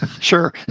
Sure